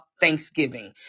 thanksgiving